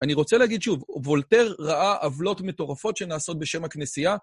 אני רוצה להגיד שוב, וולטר ראה עוולות מטורפות שנעשות בשם הכנסייה.